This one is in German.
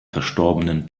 verstorbenen